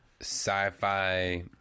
sci-fi